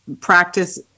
practice